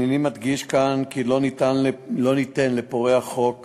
הנני מדגיש כאן כי לא ניתן לפורעי חוק